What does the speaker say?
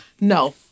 No